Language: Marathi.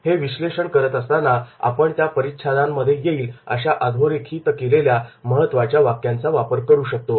हे विश्लेषण करत असताना आपण त्या परिच्छेदांमध्ये येईल अश्या अधोरेखित केलेल्या महत्त्वाच्या वाक्यांचा वापर करू शकतो